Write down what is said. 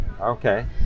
Okay